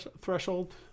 threshold